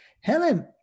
Helen